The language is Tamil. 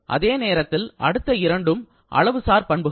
அதே நேரத்தில் அடுத்த இரண்டும் அளவுசார் பண்புகள்